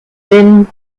thin